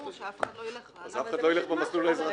ואז ברור שאף אחד לא ילך --- אז אף אחד לא ילך במסלול האזרחי.